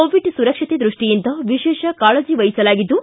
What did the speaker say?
Covid ಸುರಕ್ಷತೆ ದೃಷ್ಟಿಯಿಂದ ವಿಶೇಷ ಕಾಳಜಿ ವಹಿಸಲಾಗಿದ್ದು